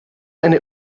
eine